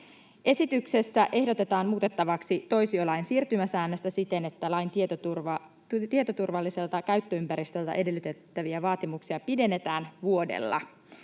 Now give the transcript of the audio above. Esityksessä ehdotetaan muutettavaksi toisiolain siirtymäsäännöstä siten, että lain tietoturvalliselta käyttöympäristöltä edellytettäviä vaatimuksia pidennetään vuodella.